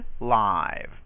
live